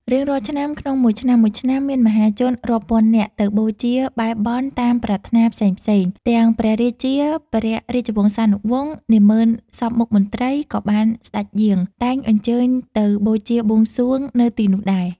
រៀងរាល់ឆ្នាំក្នុងមួយឆ្នាំៗ មានមហាជនរាប់ពាន់នាក់ ទៅបូជា បែរបន់ តាមប្រាថ្នាផេ្សងៗ ទាំងព្រះរាជាព្រះរាជវង្សានុវង្ស នាម៉ឺនសព្វមុខមន្រ្តី ក៏បានសេ្តចយាង តែងអញ្ជើញទៅបូជាបួងសួងនៅទីនោះដែរ។